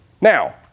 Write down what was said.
Now